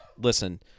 listen